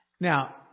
Now